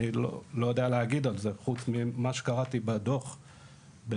אני לא ידוע להגיד על זה חוץ ממה שקראתי בדוח בדיעבד.